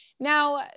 Now